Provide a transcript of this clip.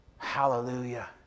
Hallelujah